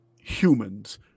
humans